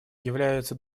являются